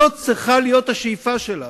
זאת צריכה להיות השאיפה שלנו.